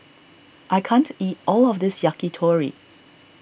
I can't eat all of this Yakitori